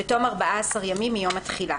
בתום 14 ימים מיום התחילה".